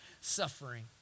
suffering